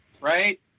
Right